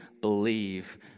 believe